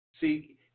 See